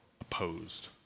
opposed